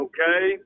Okay